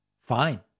Fine